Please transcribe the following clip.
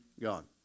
God